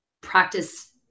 practice